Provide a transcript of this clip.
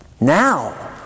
Now